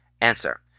Answer